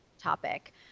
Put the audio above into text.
topic